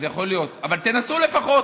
אז יכול להיות, אבל תנסו לפחות,